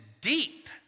deep